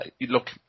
look